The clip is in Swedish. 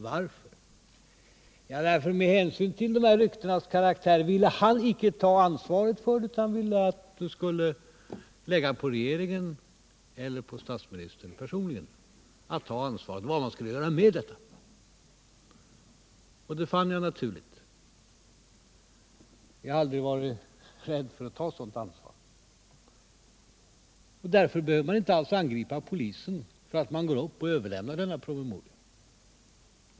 Varför? Jo, med hänsyn till ryktenas karaktär ville han icke ta ansvaret för det, utan han ville att det skulle läggas på regeringen eller statsministern personligen att ta ansvaret för vad man skulle göra med detta. Och det fann jag naturligt. Jag har aldrig varit rädd för att ta ett sådant ansvar. Därför behöver man inte alls angripa polisen för att dess chef går upp och överlämnar denna promemoria.